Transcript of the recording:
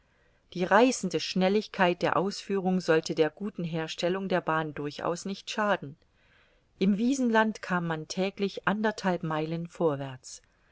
die reißende schnelligkeit der ausführung sollte der guten herstellung der bahn durchaus nicht schaden im wiesenland kam man täglich anderthalb meilen vorwärts